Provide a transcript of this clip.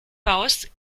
baust